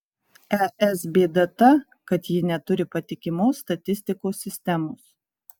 es bėda ta kad ji neturi patikimos statistikos sistemos